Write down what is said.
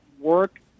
work